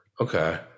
Okay